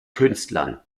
künstlern